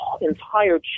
entire